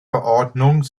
verordnung